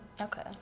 Okay